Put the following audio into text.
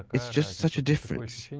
it's just such a difference.